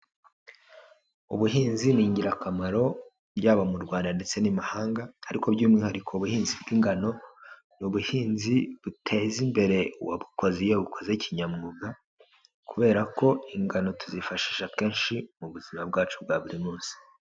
Ubuhinzi ni ingirakamaro yaba mu Rwanda ndetse n'imahanga ariko by'umwihariko ubuhinzi bw'ingano ni ubuhinzi buteza imbere uwabukoze iyo abukoze kinyamwuga kubera ko ingano tuzifashisha kenshi mu buzima bwacu bwa buri munsi.